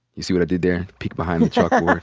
you see what i did there? peek behind the chalkboard.